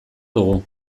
dugu